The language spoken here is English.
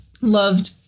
loved